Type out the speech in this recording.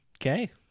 okay